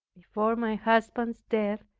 before my husband's death,